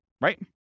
Right